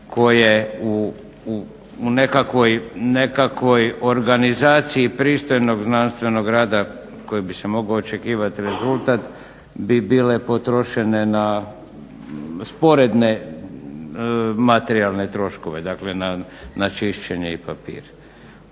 koje u nekakvoj organizaciji pristojnog znanstvenog rada kojeg bi se mogao očekivati rezultat bi bile potrošene na sporedne materijalne troškove. Dakle, na čišćenje i papir.